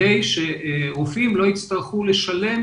אני חושבת שהסיטואציה הזו לא יכולה להתקיים יותר.